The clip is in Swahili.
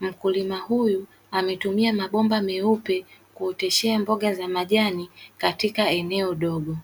mkulima huyu ametumia mabomba meupe kuoteshea mboga za majani katika eneo dogo.